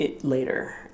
later